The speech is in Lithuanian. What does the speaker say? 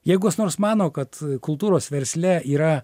jeigu kas nors mano kad kultūros versle yra